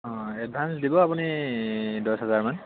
অঁ এডভা্ঞ্চ দিব আপুনি দহ হাজাৰমান